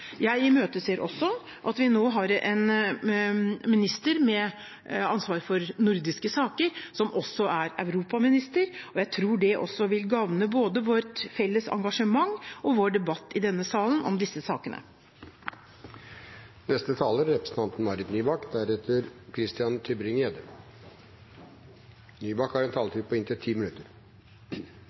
Vi har nå en minister med ansvar for nordiske saker som også er europaminister, som jeg tror vil gagne både vårt felles engasjement og debatten i denne salen om disse sakene. Den 12. januar i år hadde representanten